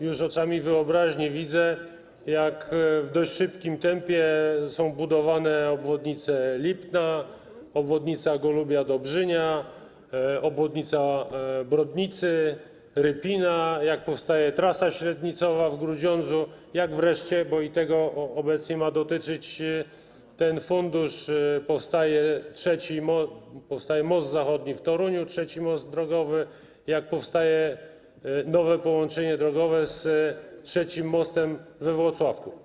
Już oczami wyobraźni widzę, jak w dość szybkim tempie są budowane obwodnice Lipna, obwodnica Golubia-Dobrzynia, obwodnica Brodnicy, Rypina, jak powstanie trasa średnicowa w Grudziądzu, jak wreszcie, bo i tego obecnie ma dotyczyć ten fundusz, powstaje most zachodni w Toruniu - trzeci most drogowy, jak powstaje nowe połączenie drogowe z trzecim mostem we Włocławku.